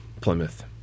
Plymouth